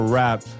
Rap